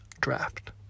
draft